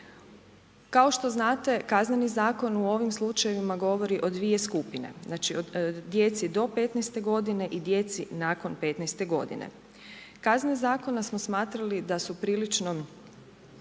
Kao što znate, Kazneni zakon u ovim slučajevima govori o dvije skupine. Znači o djeci do 15 godine i djeci nakon 15 godine. Kazne zakona smo smatrali da su prilično,